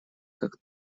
как